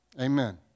Amen